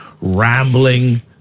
rambling